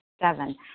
Seven